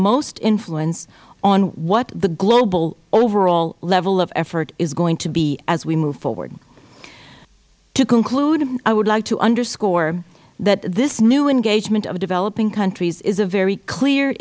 most influence on what the global overall level of effort is going to be as we move forward to conclude i would like to underscore that this new engagement of developing countries is a very clear